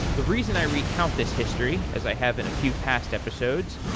the reason i recount this history as i have in a few past episodes,